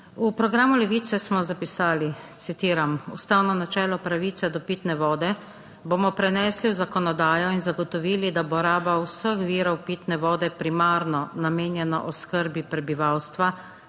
V programu Levice smo zapisali, citiram: "Ustavno načelo pravice do pitne vode bomo prenesli v zakonodajo in zagotovili, da bo raba vseh virov pitne vode primarno namenjena oskrbi prebivalstva